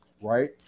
right